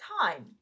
time